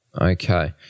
Okay